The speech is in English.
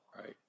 Right